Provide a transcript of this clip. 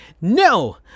No